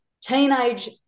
teenage